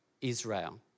Israel